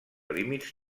límits